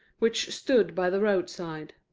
which stood by the roadside.